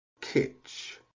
kitch